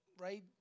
right